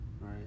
Right